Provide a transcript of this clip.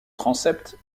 transept